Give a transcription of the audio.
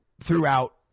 throughout